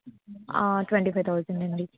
ఆ twenty five thousand అండి